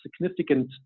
significant